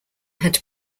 had